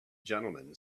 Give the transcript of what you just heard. gentlemen